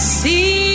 see